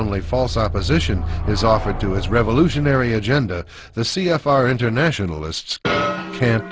only false opposition is offered to his revolutionary agenda the c f r internationalists ca